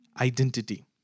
Identity